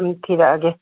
ꯎꯝ ꯊꯤꯔꯛꯑꯒꯦ